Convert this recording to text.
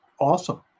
awesome